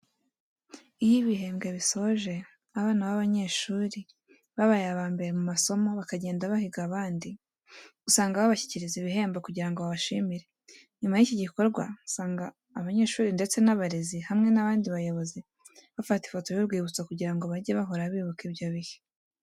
Iyo ibihembwe bisoje abana b'abanyeshuri babaye abambere mu masomo bakagenda bahiga abandi, usanga babashyikiriza ibihembo kugira ngo babashimire. Nyuma y'iki gikorwa usanga abanyeshuri ndetse n'abarezi hamwe n'abandi bayobozi bafata ifoto y'urwibutso kugira ngo bajye bahora bibuka ibyo bihe.